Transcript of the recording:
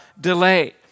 delay